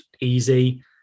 easy